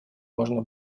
можно